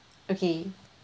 okay